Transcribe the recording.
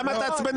למה אתה עצבני?